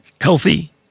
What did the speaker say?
healthy